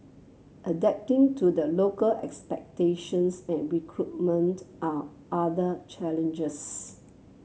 adapting to the local expectations and recruitment are other challenges